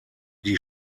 die